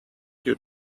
you